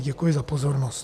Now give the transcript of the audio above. Děkuji za pozornost.